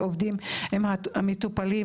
המטופלים,